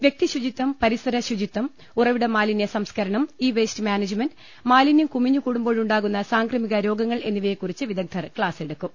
വൃക്തി ശുചിത്വം പരിസര ശുചിത്വം ഉറവിടമാലിന്യ സംസ്ക്കരണം ഇ വേസ്റ്റ് മാനേജ്മെന്റ് മാലിനൃം കുമിഞ്ഞു കൂടുമ്പോഴുണ്ടാകുന്ന സാംക്രമിക രോഗങ്ങൾ എന്നിവയെക്കുറിച്ച് വിദഗ്ധർ ക്ലാസെടുക്കും